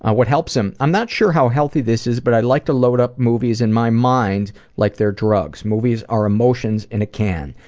ah what helps him, i'm not sure how healthy this is, but i like to load up movies in my mind like they're drugs. movies are emotions in a can.